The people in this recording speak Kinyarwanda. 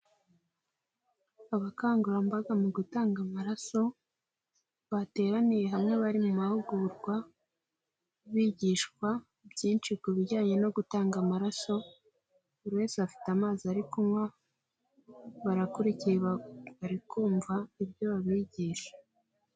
Abakangurambaga mu gutanga amaraso bateraniye hamwe bari mu mahugurwa bigishwa byinshi ku bijyanye no gutanga amaraso buri wese afite amazi ari kunywa barakurikiye bari kumva ibyo babigisha.